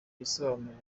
gisobanuro